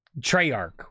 Treyarch